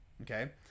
Okay